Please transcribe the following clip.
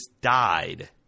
died